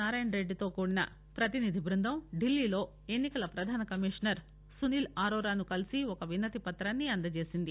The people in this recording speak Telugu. నారాయణరెడ్లితో కూడిన ప్రతినిధి బృందం ఢిల్లీలో ఎన్సికల ప్రధాన కమిషనర్ సునీల్ అరోరాను కలిసి ఒక వినతిపత్రాన్ని అందజేసింది